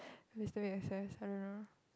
that's they way SOS I don't know